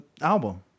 album